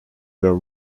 were